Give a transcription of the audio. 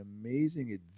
amazing